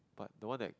but the one that